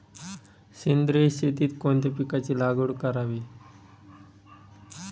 सेंद्रिय शेतीत कोणत्या पिकाची लागवड करावी?